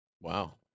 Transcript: Wow